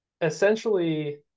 essentially